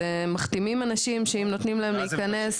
מחתימים אנשים שאם נותנים להם להיכנס,